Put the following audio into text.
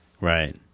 Right